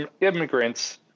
immigrants